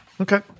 Okay